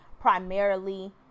primarily